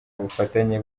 bufatanye